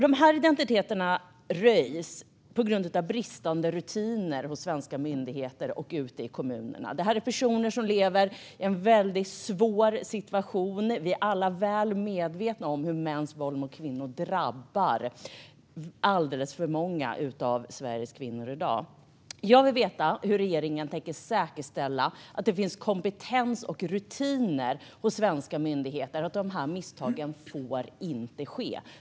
Dessa identiteter röjs på grund av bristande rutiner hos svenska myndigheter och ute i kommunerna. Det är personer som lever i en väldigt svår situation. Vi är alla väl medvetna om hur mäns våld mot kvinnor drabbar alldeles för många av Sveriges kvinnor i dag. Jag vill veta hur regeringen tänker säkerställa att det finns kompetens och rutiner hos svenska myndigheter. De här misstagen får inte ske.